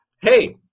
Hey